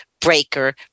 breaker